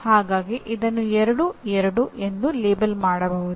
ಹಾಗಾಗಿ ಇದನ್ನು 2 2 ಎಂದು ಲೇಬಲ್ ಮಾಡಬಹುದು